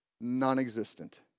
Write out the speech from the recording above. non-existent